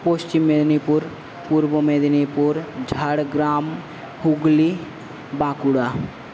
Paschim Medinipur Purba Medinipur Jhargram Hooghly Bankura